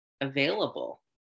available